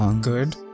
good